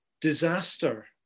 Disaster